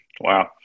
Wow